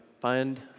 Find